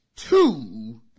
Two